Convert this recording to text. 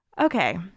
okay